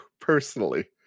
personally